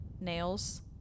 nails